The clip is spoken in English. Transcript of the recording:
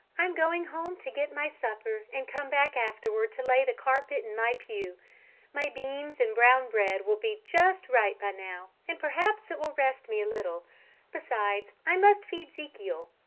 i'm going home to get my supper, and come back afterward to lay the carpet in my pew my beans and brown bread will be just right by now, and perhaps it will rest me a little besides, i must feed zekiel.